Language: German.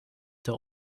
der